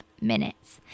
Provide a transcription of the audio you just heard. minutes